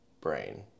brain